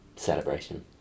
Celebration